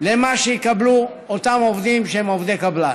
למה שיקבלו אותם עובדים שהם עובדי קבלן.